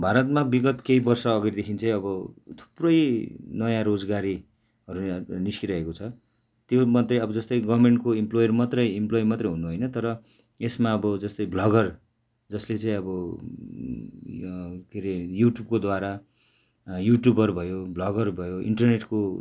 भारतमा विगत केही वर्ष अघिदेखि चाहिँ अब थुप्रै नयाँ रोजगारीहरू निस्किरहेको छ त्योमध्ये अब जस्तै गर्मेनको इम्प्लोयर मात्रै इम्प्लोयी मात्रै हुनु होइन तर यसमा अब जस्तै भ्लगर जसले चाहिँ अब के रे युट्युबकोद्वारा युट्युबर भयो भ्लगर भयो इन्टरनेटको